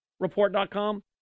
Report.com